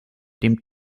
dem